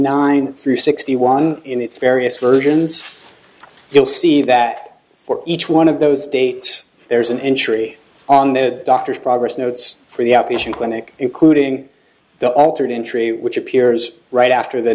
nine through sixty one in its various versions you'll see that for each one of those dates there's an entry on the doctor's progress notes for the outpatient clinic including the altered entry which appears right after the